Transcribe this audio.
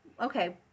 okay